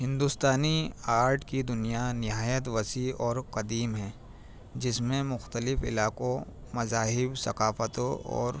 ہندوستانی آرٹ کی دنیا نہایت وسیع اور قدیم ہے جس میں مختلف علاقوں مذاہب ثقافتوں اور